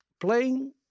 playing